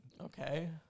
Okay